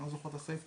אני זוכר את הסעיף,